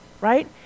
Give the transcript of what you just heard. right